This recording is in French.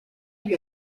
lui